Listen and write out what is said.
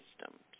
systems